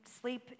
sleep